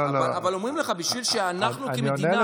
אבל אומרים לך: בשביל שאנחנו כמדינה